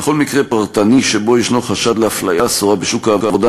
בכל מקרה פרטני שבו יש חשד לאפליה אסורה בשוק העבודה,